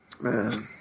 Man